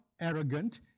arrogant